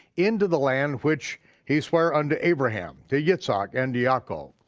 into the land which he swear unto abraham, to yitzhak and yaakov.